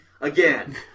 Again